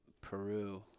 Peru